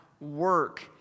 work